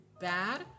bad